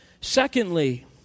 Secondly